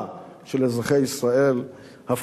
מדינת ישראל אינה יכולה להמשיך ולפחד.